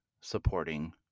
supporting